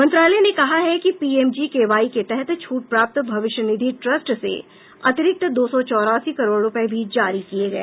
मंत्रालय ने कहा है कि पीएमजीकेवाई के तहत छूट प्राप्त भविष्य निधि ट्रस्ट से अतिरिक्त दो सौ चौरासी करोड़ रुपये भी जारी किए गए